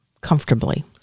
comfortably